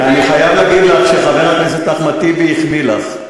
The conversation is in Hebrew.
אני חייב להגיד לך שחבר הכנסת אחמד טיבי החמיא לך.